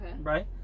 Right